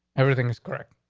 everything is correct.